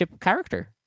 character